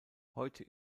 heute